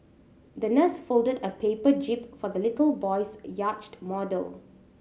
the nurse folded a paper jib for the little boy's yacht model